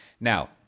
Now